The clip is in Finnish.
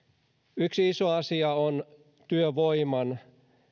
yksi iso asia on työvoiman